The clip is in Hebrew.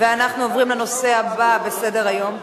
ואנחנו עוברים לנושא הבא בסדר-היום,